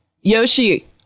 Yoshi